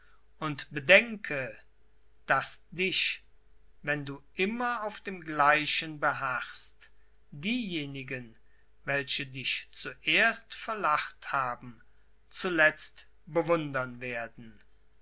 und bedenke daß dich wenn du immer auf dem gleichen beharrst diejenigen welche dich zuerst verlacht haben zuletzt bewundern werden